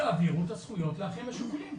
תעבירו את הזכויות לאחים השכולים.